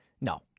No